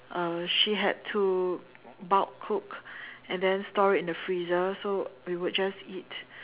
uh she had to bulk cook and then store it in the freezer so we would just eat